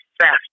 fast